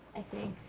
i think